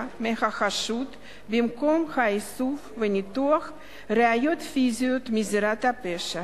מהחשוד במקום באיסוף וניתוח ראיות פיזיות מזירת הפשע,